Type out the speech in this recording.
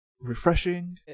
refreshing